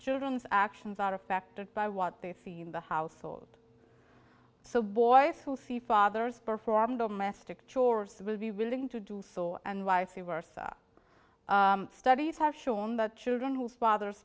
children's actions are affected by what they've seen the household so boys who see fathers perform the mastic chores will be willing to do so and wifely versa studies have shown that children whose fathers